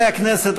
חברי הכנסת,